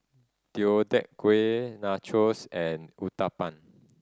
Deodeok Gui Nachos and Uthapam